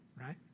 right